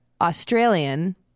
Australian